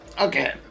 Okay